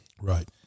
Right